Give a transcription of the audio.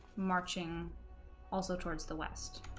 marching also towards the west